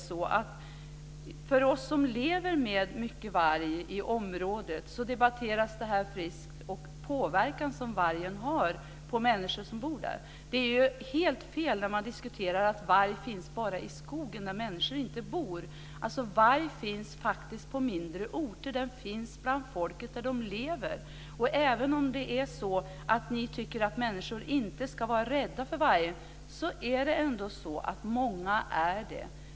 Bland oss som lever med mycket varg i området debatteras det friskt. Man debatterar den påverkan vargen har på människor som bor där. Det är helt fel när man säger att varg bara finns i skogen där människor inte bor. Varg finns faktiskt på mindre orter, den finns bland folket där de lever. Även om ni tycker att människor inte ska vara rädda för vargen är det ändå många som är det.